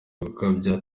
gukabya